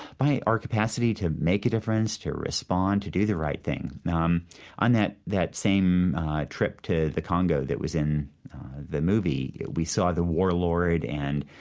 our capacity to make a difference, to respond, to do the right thing now um on that that same trip to the congo that was in the movie, we saw the warlord and,